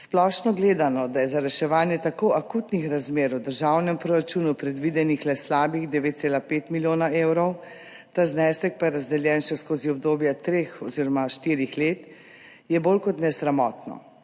»Splošno gledano, da je za reševanje tako akutnih razmer v državnem proračunu predvidenih le slabih 9,5 milijona evrov, ta znesek pa je razdeljen še skozi obdobje treh oziroma štirih let, je bolj kot ne sramotno